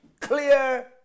clear